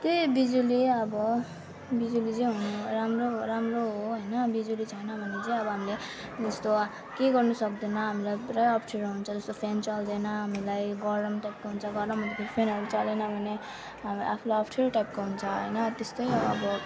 त्यही बिजुली अब बिजुली चाहिँ हुनु राम्रो राम्रो हो होइन बिजुली छैन भने चाहिँ अब हामीले जस्तो केही गर्नु सक्दैन हामीलाई पुरा अप्ठ्यारो हुन्छ जस्तो फ्यान चल्दैन हामीलाई गरम टाइपको हुन्छ गरम फ्यानहरू चलेन भने हामी आफूलाई अप्ठ्यारो टाइपको हुन्छ होइन त्यस्तै अब